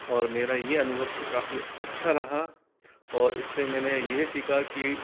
और मेरा यह अनुभव काफी अच्छा रहा और इससे मैंने यह सीखा कि